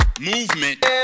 Movement